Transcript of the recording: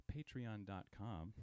Patreon.com